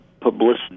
publicity